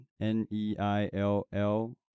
N-E-I-L-L